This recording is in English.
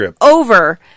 over